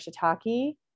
shiitake